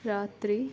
ರಾತ್ರಿ